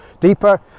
deeper